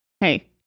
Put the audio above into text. Hey